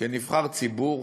כנבחר ציבור